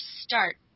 start